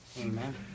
Amen